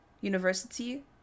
University